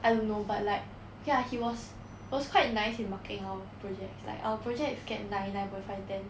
I don't know but like okay lah ya he was was quite nice in marking our projects like our projects get ninety nine point five ten